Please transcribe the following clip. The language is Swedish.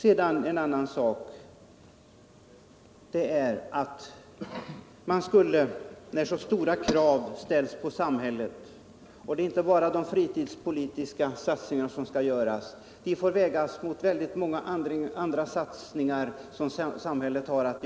En annan sak är att stora krav ställs på samhället — det är inte bara de fritidspolitiska satsningarna som skall göras — här får satsningar på det ena området vägas mot satsningar på de andra områdena.